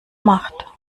macht